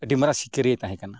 ᱟᱹᱰᱤ ᱢᱟᱨᱟᱝ ᱥᱤᱠᱟᱹᱨᱤᱭᱟᱹᱭ ᱛᱟᱦᱮᱸ ᱠᱟᱱᱟ